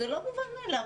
זה לא מובן מאליו.